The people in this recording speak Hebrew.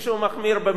ככה זה צריך להיות,